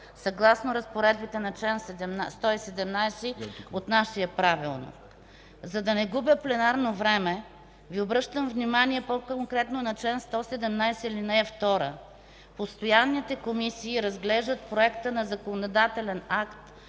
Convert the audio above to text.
съгласно разпоредите на чл. 117 от нашия Правилник. За да не губя пленарно време, Ви обръщам внимание по-конкретно на чл. 117, ал. 2: „Постоянните комисии разглеждат проекта на законодателен акт